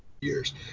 years